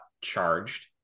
charged